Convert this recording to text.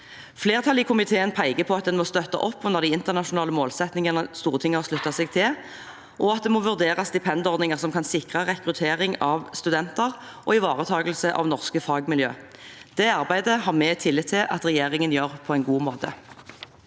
Flertallet i komiteen peker på at en må støtte opp under de internasjonale målsettingene Stortinget har sluttet seg til, og at det må vurderes stipendordninger som kan sikre rekruttering av studenter og ivaretakelse av norske fagmiljø. Det arbeidet har vi tillit til at regjeringen gjør på en god måte.